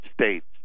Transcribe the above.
States